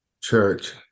church